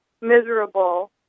miserable